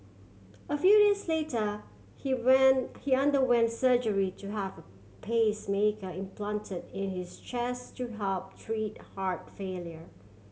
a few days later he when he underwent surgery to have a pacemaker implanted in his chest to help treat heart failure